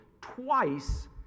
twice